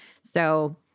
So-